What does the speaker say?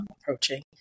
approaching